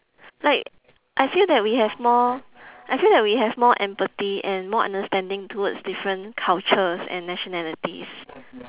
like I feel that we have more I feel that we have more empathy and more understanding towards different cultures and nationalities